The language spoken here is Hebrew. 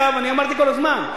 אמרתי כל הזמן,